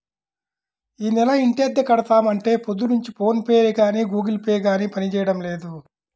యీ నెల ఇంటద్దె కడదాం అంటే పొద్దున్నుంచి ఫోన్ పే గానీ గుగుల్ పే గానీ పనిజేయడం లేదు